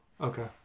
Okay